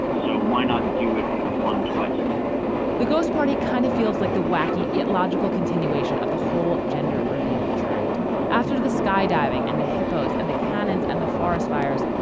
so why not do it with a fun twist the girls party kind of feels like the wacky yet logical continuation of the whole gender reveal trend after the skydiving and the hippos and the cannons and the forest fires.